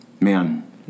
man